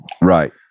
right